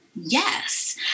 Yes